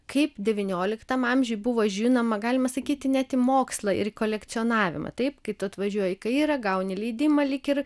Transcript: kaip devynioliktam amžiuj buvo žinoma galima sakyti net į mokslą ir kolekcionavimą taip kaip tu atvažiuoji kai yra gauni leidimą lyg ir